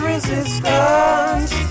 resistance